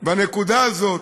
והנקודה הזאת,